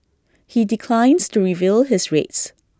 he declines to reveal his rates